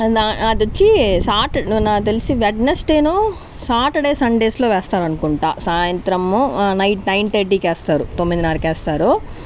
నా అది వచ్చి సాట నాకు తెలిసి వెన్స్డేనో సాటర్డే సండేస్లో వేస్తారు అనుకుంటా సాయంత్రము నైట్ నైన్ థర్టీకి వేస్తారు తొమ్మిదిన్నరకి వేస్తారు